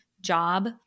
job